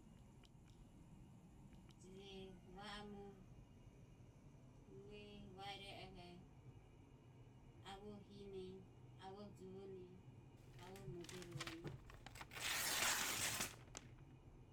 Je vaoro mue vai ireoho avoho hine, avoho juvone, avoho muoberovone.